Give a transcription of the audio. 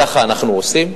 כך אנחנו עושים,